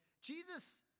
Jesus